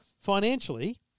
financially